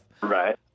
Right